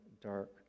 dark